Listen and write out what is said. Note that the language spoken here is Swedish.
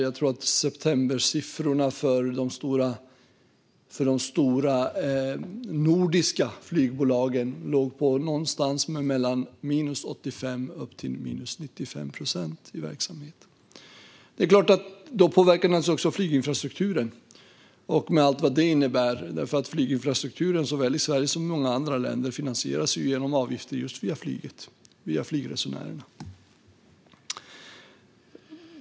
Jag tror att septembersiffrorna för de stora nordiska flygbolagen låg på någonstans mellan 85 och 95 procent i verksamheten. Det är att klart att också flyginfrastrukturen påverkas av detta, med allt vad det innebär. Flyginfrastrukturen såväl i Sverige som i många andra länder finansieras ju genom avgifter just via flyget och flygresenärerna.